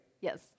Yes